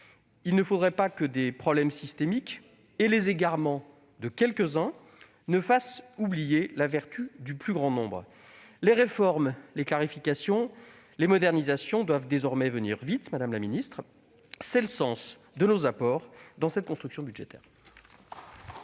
Il ne faudrait pas que ces problèmes systémiques et les égarements de quelques-uns nous fassent oublier la vertu du plus grand nombre. Les réformes, les clarifications et les modernisations doivent désormais venir vite, madame la ministre. C'est le sens de nos apports à cette construction budgétaire.